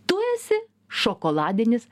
tu esi šokoladinis